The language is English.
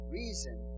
Reason